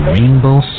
Rainbow